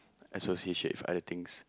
association with other things